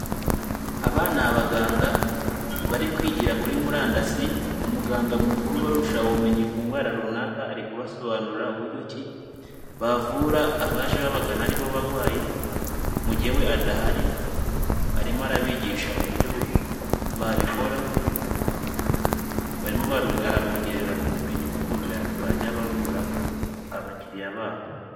Abana ni abaganga bari kwigira kuri murandasi, umuganga mukuru ubarusha ubumenyi ku ndwara runaka ari kubasobanurira uburyo ki bavura abaje babagana aribo barwayi, mu gihe we adahari arimo arabigisha uburyo babikora, arimo arabongerera ubumenyi bw'ukuntu bajya bavura abakiriya babo.